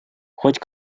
хоть